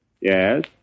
Yes